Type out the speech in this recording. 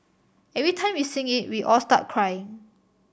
every time we sing it we all start crying